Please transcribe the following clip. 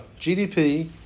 GDP